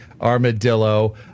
Armadillo